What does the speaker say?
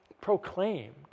proclaimed